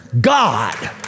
God